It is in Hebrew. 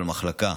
אבל מחלקה,